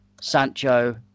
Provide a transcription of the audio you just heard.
Sancho